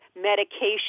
medication